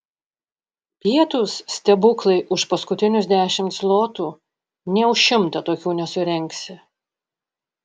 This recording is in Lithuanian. pietūs stebuklai už paskutinius dešimt zlotų nė už šimtą tokių nesurengsi